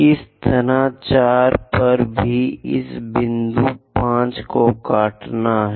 इसी तरह 4 पर भी इस बिंदु 5 को काटना है